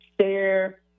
share